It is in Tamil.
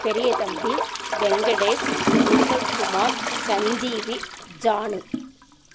பெரியதம்பி வெங்கடேஷ் நிர்மல்குமார் சஞ்சீவி ஜானு